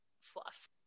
fluff